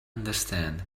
understand